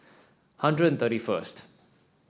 hundred and thirty first